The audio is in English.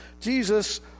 Jesus